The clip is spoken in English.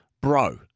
bro